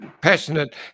Passionate